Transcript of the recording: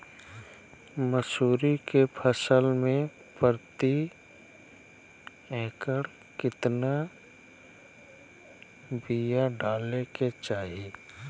मसूरी के फसल में प्रति एकड़ केतना बिया डाले के चाही?